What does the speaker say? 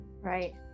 Right